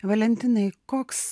valentinai koks